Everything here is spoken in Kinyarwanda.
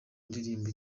ndirimbo